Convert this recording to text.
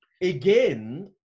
again